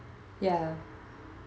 ya